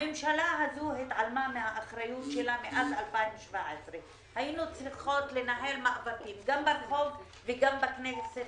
הממשלה הזו התעלמה מהאחריות שלה מאז 2017. היינו צריכות לנהל מאבקים גם ברחוב וגם בכנסת,